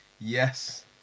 yes